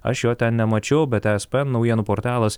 aš jo ten nemačiau bet es p naujienų portalas